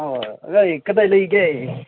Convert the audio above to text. ꯑꯥ ꯑꯥꯏ ꯀꯗꯥꯏ ꯂꯩꯒꯦ